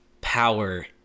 power